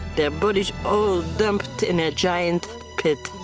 their bodies all dumped in a giant pit.